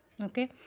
okay